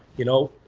you know,